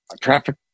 traffic